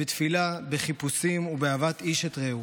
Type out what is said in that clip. בתפילה, בחיפושים ובאהבת איש את רעהו.